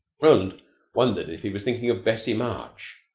roland wondered if he was thinking of bessie march.